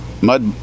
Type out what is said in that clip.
mud